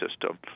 system